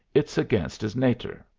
it's against his natur'.